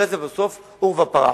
אולי זה בסוף עורבא פרח.